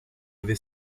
vais